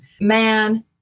man